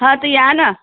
हा तर या ना